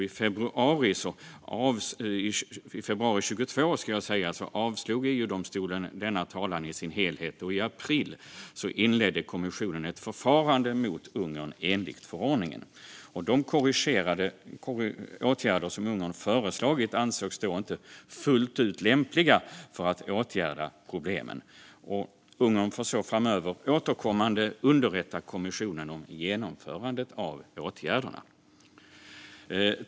I februari 2022 avslog EU-domstolen denna talan i dess helhet, och i april inledde kommissionen ett förfarande mot Ungern enligt förordningen. De korrigerande åtgärder som Ungern föreslagit ansågs inte fullt ut lämpliga för att åtgärda problemen. Ungern får därför återkommande framöver underrätta kommissionen om genomförandet av åtgärderna.